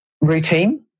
Routine